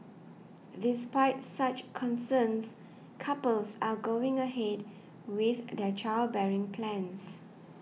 despite such concerns couples are going ahead with their childbearing plans